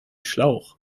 schlauch